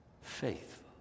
faithful